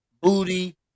booty